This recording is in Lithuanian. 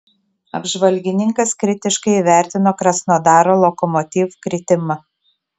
apžvalgininkas kritiškai įvertino krasnodaro lokomotiv kritimą